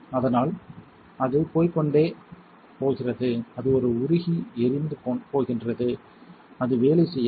அதனால் அது போய்க்கொண்டே போகிறது அது ஒரு உருகி எரிந்து போகிறது அது வேலை செய்யாது